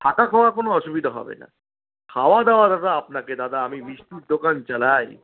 থাকা খাওয়ার কোনো আসুবিধা হবে না খাওয়া দাওয়া দাদা আপনাকে দাদা আমি বিষ্ণুর দোকান চালাই